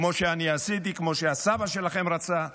כמו שאני עשיתי, כמו שהסבא שלכם רצה,